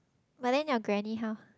but then your granny how